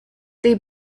they